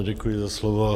Děkuji za slovo.